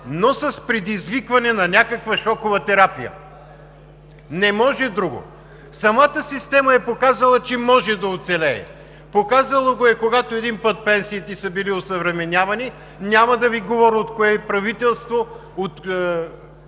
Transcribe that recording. но с предизвикване на някаква шокова терапия. Не може друго! Самата система е показала, че може да оцелее, показала го е, когато един път пенсиите са били осъвременявани – няма да Ви говоря от кое правителство, под